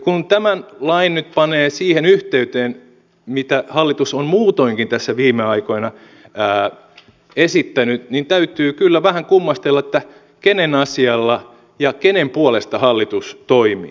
kun tämän lain nyt panee siihen yhteyteen mitä hallitus on muutoinkin tässä viime aikoina esittänyt niin täytyy kyllä vähän kummastella kenen asialla ja kenen puolesta hallitus toimii